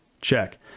Check